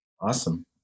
Awesome